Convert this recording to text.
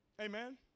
Amen